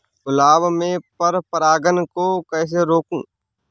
गुलाब में पर परागन को कैसे रोकुं?